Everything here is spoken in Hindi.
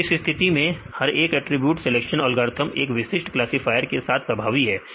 तो इस स्थिति में हर एक अटरीब्यूट सिलेक्शन एल्गोरिथ्म एक विशिष्ट क्लासफायर के साथ प्रभावी है